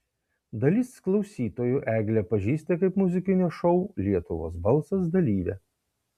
dalis klausytojų eglę pažįsta kaip muzikinio šou lietuvos balsas dalyvę